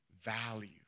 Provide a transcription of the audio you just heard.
value